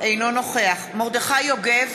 אינו נוכח מרדכי יוגב,